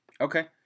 Okay